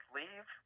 leave